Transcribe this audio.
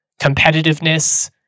competitiveness